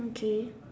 okay